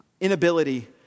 inability